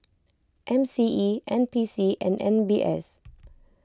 M C E N P C and M B S